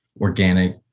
organic